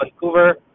Vancouver